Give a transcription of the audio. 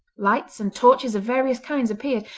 lights and torches of various kinds appeared,